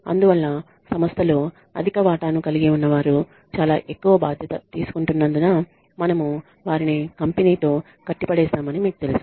అందువల్ల సంస్థలో అధిక వాటాను కలిగి ఉన్న వారు చాలా ఎక్కువ బాధ్యత తీసుకుంటున్నందున మనము వారిని కంపెనీతో కట్టిపడేశామని మీకు తెలుసు